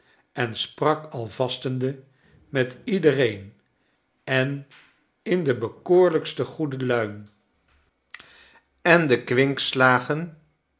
en sprak al vastende met iedereen en in de bekoorlijkste goede luim en de kwinkslagen